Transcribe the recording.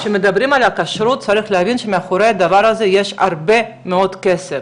כשמדברים על הכשרות צריך להבין שמאחורי הדבר הזה יש הרבה מאוד כסף